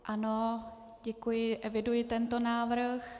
Ano, děkuji, eviduji tento návrh.